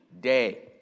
day